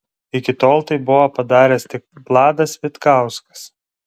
iki tol tai buvo padaręs tik vladas vitkauskas